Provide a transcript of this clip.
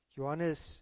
Johannes